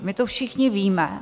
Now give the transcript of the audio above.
My tu všichni víme...